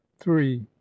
three